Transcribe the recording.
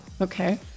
Okay